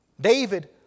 David